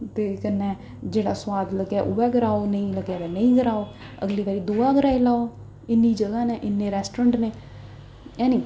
ते कन्नै जेह्ड़ा सोआद लग्गै उ'ऐ कराओ नेईं लग्गै ते नेईंं कराओ अगली बारी दूआ कराई लैओ इन्नी ज'गां न इन्ने रैस्टोरैंट न है नी